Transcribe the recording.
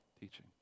teaching